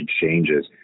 changes